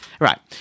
right